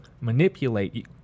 manipulate